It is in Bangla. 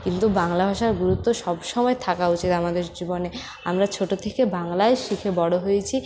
কিন্তু বাংলা ভাষার গুরুত্ব সব সময় থাকা উচিৎ আমাদের জীবনে আমরা ছোটো থেকে বাংলাই শিখে বড় হয়েছি